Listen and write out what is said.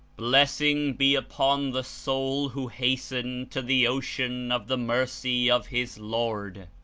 blessing be upon the soul who hastened to the ocean of the mercy of his lord,